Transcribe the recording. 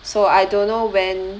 so I don't know when